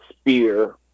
spear